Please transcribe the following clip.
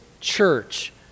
church